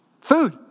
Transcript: Food